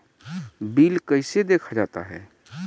Bill कैसे देखा जाता हैं?